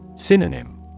Synonym